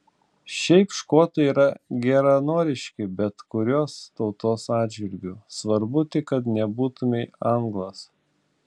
šiaip škotai yra geranoriški bet kurios tautos atžvilgiu svarbu tik kad nebūtumei anglas